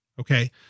Okay